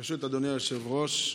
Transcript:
ברשות אדוני היושב-ראש,